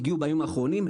הגיעו בימים האחרונים,